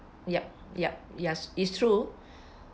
yup yup yes it's true